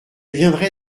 viendrai